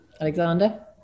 Alexander